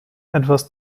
etwas